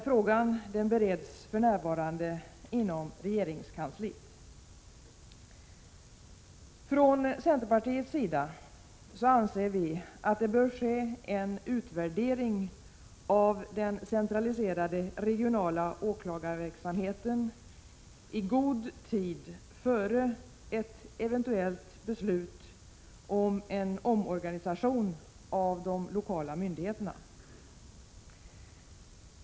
Frågan bereds för närvarande inom regeringskansliet. Från centerpartiets sida anser vi att det bör ske en utvärdering av den centraliserade regionala åklagarverksamheten i god tid före ett eventuellt beslut om en omorganisation av de lokala myndigheterna.